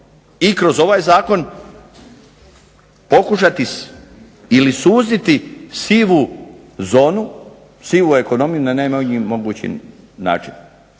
i kroz ovaj zakon pokušati ili suziti sivu zonu, sivu ekonomiju na najmanji mogući način.